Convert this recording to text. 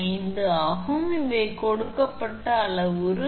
5 ஆகும் இவை கொடுக்கப்பட்ட அளவுரு